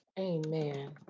Amen